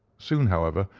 soon, however,